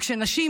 וכשנשים